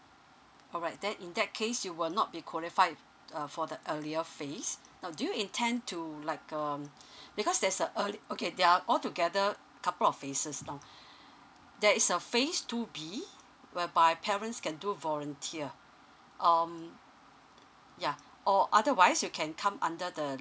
alright then in that case you will not be qualified f~ uh for the earlier phase now do you intend to like um because there's a early~ okay they're all together couple of phase now there is a phase two B whereby parents can do volunteer um yeah or otherwise you can come under the